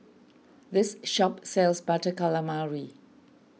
this shop sells Butter Calamari